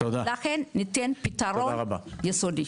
לכן צריך לתת פתרון יסודי.